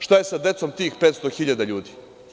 Šta je sa decom tih 500.000 ljudi?